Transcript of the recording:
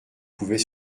pouvait